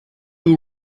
who